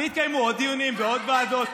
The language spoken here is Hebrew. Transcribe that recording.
והתקיימו עוד דיונים בעוד ועדות.